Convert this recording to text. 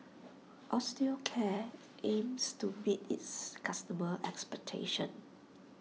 Osteocare aims to meet its customers' expectations